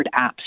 apps